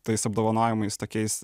tais apdovanojimais tokiais